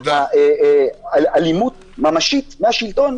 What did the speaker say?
אלימות ממשית מהשלטון.